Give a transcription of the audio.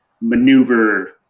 maneuver